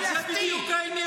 טוב, תודה.